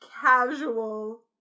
casual